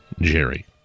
Jerry